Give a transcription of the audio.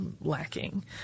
lacking